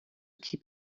keep